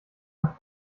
nach